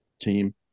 team